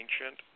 ancient